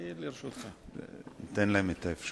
חבר הכנסת אריה ביבי מסיעת קדימה, בבקשה.